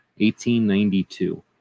1892